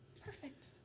Perfect